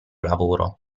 lavoro